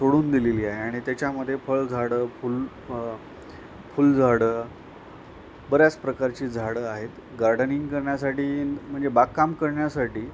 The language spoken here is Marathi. सोडून दिलेली आहे आणि त्याच्यामध्ये फळझाडं फुल फुलझाडं बऱ्याच प्रकारची झाडं आहेत गार्डनिंग करण्यासाठी म्हणजे बागकाम करण्यासाठी